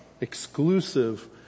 exclusive